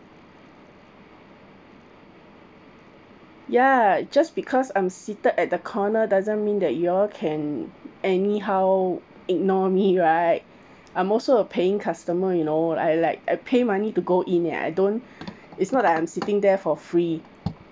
ya just because I'm seated at the corner doesn't mean that you all can anyhow ignore me right I'm also a paying customer you know I like uh pay money to go in and I don't it's not I'm sitting there for free